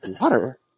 Water